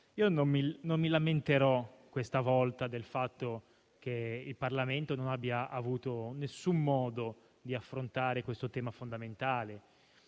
non mi lamenterò del fatto che il Parlamento non abbia avuto alcun modo di affrontare questo tema fondamentale,